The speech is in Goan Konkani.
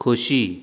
खोशी